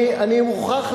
אני מוכרח,